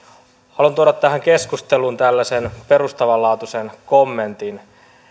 haluan tuoda tähän keskusteluun tällaisen perustavanlaatuisen kommentin